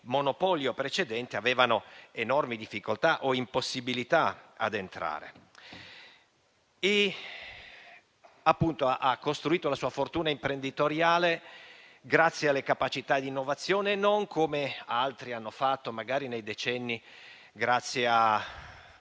di monopolio precedente avevano enormi difficoltà o erano impossibilitate ad ottenerle. Ha costruito la sua fortuna imprenditoriale grazie alle sue capacità di innovazione e non, come altri hanno fatto magari nei decenni, grazie a